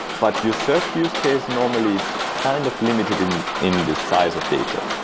but your search use case normally is kind of limited in in the size of data.